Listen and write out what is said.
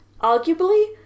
arguably